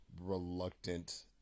reluctant